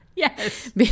Yes